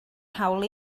hawl